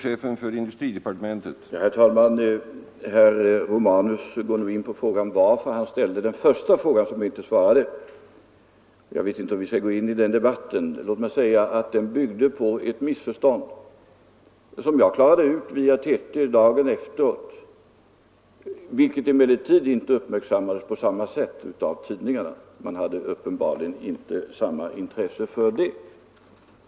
Herr talman! Herr Romanus går nu in på varför han ställde den första frågan, som inte besvarades. Jag vet inte om vi skall ta upp den debatten. Låt mig säga att frågan byggde på ett missförstånd, som jag klarade ut via TT följande dag — något som emellertid inte uppmärksammades lika mycket av tidningarna. Man hade uppenbarligen inte samma intresse för det.